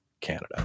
Canada